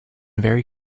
very